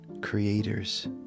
creators